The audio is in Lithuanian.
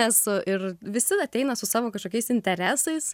esu ir visi ateina su savo kažkokiais interesais